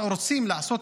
עכשיו רוצים לעשות